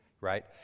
right